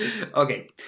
Okay